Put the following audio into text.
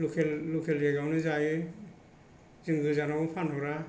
लकेल जायगायावनो जायो जों गोजानावबो फानहरा